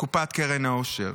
קרן העושר.